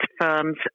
firms